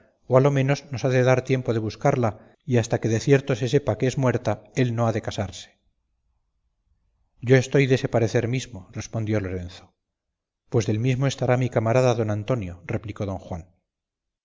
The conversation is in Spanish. o a lo menos nos ha de dar tiempo de buscarla y hasta que de cierto se sepa que es muerta él no ha de casarse yo estoy dese parecer mismo respondió lorenzo pues del mismo estará mi camarada don antonio replicó don juan